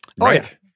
Right